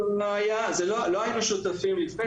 לא היינו שותפים לפני.